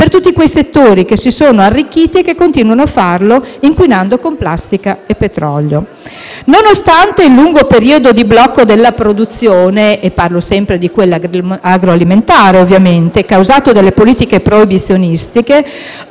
per tutti quei settori che si sono arricchiti e che continuano a farlo inquinando con plastica e petrolio. Nonostante il lungo periodo di blocco della produzione - parlo sempre di quella agroalimentare ovviamente - causato dalle politiche proibizionistiche,